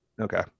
okay